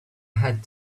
had